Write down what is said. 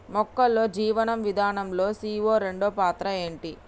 మొక్కల్లో జీవనం విధానం లో సీ.ఓ రెండు పాత్ర ఏంటి?